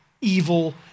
evil